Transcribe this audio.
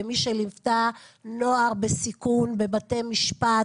כמי שליוותה נוער בסיכון בבתי משפט,